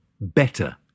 better